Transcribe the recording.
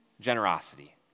generosity